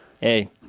hey